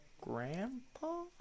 Grandpa